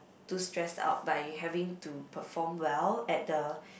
too stressed out by having to perform well at the